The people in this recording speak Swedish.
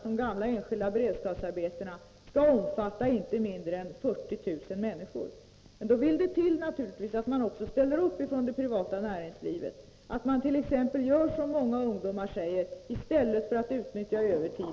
de gamla enskilda beredskapsarbetena, skall omfatta inte mindre än 40 000 männi skor. Då vill det naturligtvis till att man ställer upp från det privata näringslivets sida och nyanställer i stället för att utnyttja övertid.